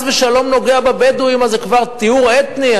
ושלום נוגע בבדואים אז זה כבר טיהור אתני,